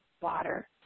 water